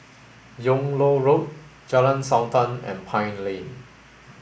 Yung Loh Road Jalan Sultan and Pine Lane